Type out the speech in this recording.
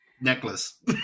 Necklace